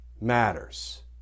matters